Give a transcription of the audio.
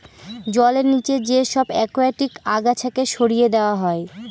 জলের নিচে যে সব একুয়াটিক আগাছাকে সরিয়ে দেওয়া হয়